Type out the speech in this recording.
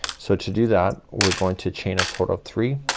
so to do that we're going to chain a total of three